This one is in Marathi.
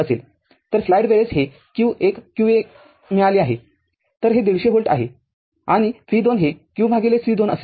असेल तर स्लाईड वेळेस हे q १ q मिळाले आहे तरहे १५० व्होल्ट आहे आणि v२हे qC२